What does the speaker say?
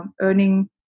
earning